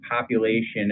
population